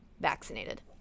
vaccinated